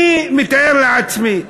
אני מתאר לעצמי,